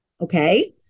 okay